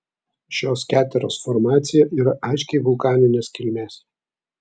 šios keteros formacija yra aiškiai vulkaninės kilmės